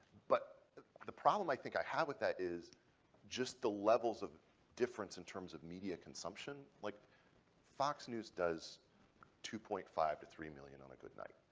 but the problem i think i have with that is just the levels of difference in terms of media consumption. like fox news does two point five to three million on a good night.